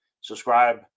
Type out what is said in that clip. Subscribe